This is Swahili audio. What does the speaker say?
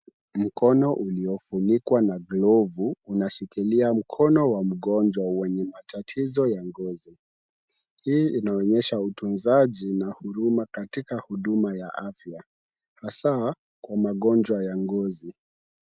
Mkono uliofunikwa na glovu unashikilia mkono wa mgonjwa mwenye matatizo ya ngozi. Hii inaonyesha utunzaji na huduma katika huduma ya afya hasaa kwa magonjwa ya ngozi.